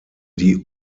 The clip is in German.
die